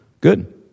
Good